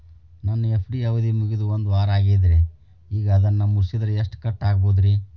ನನ್ನ ಎಫ್.ಡಿ ಅವಧಿ ಮುಗಿದು ಒಂದವಾರ ಆಗೇದ್ರಿ ಈಗ ಅದನ್ನ ಮುರಿಸಿದ್ರ ಎಷ್ಟ ಕಟ್ ಆಗ್ಬೋದ್ರಿ?